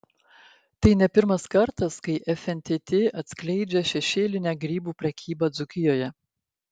tai ne pirmas kartas kai fntt atskleidžia šešėlinę grybų prekybą dzūkijoje